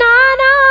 Nana